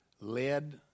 led